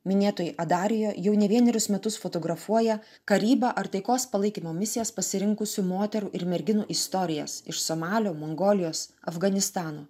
minėtoji adarijo jau ne vienerius metus fotografuoja karybą ar taikos palaikymo misijas pasirinkusių moterų ir merginų istorijas iš somalio mongolijos afganistano